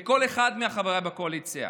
לכל אחד מחבריי בקואליציה: